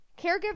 caregiver